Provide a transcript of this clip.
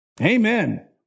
Amen